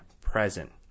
present